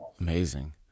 Amazing